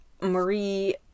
Marie